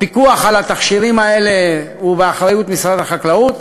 הפיקוח על התכשירים האלה הוא באחריות משרד החקלאות.